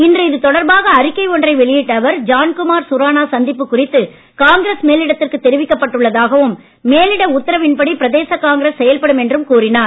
இன்று இதுதொடர்பாக அறிக்கை ஒன்றை வெளியிட்ட அவர் ஜான்குமார் சுரானா சந்திப்பு குறித்து காங்கிரஸ் மேலிடத்திற்கு தெரிவிக்கப் பட்டுள்ளதாகவும் மேலிட உத்தரவின் படி பிரதேச காங்கிரஸ் செயல்படும் என்றும் கூறினார்